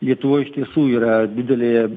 lietuvoj iš tiesų yra didelė